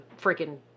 freaking